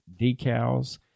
decals